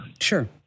Sure